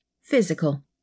Physical